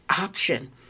option